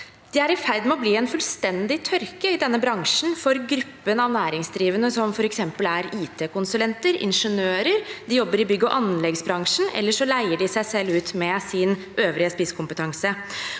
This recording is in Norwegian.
Det er i ferd med å bli en fullstendig tørke i denne bransjen for gruppen av næringsdrivende – som f.eks. er IT-konsulenter, er ingeniører, jobber i bygg og anleggsbransjen eller leier ut seg selv med sin øvrige spisskompetanse.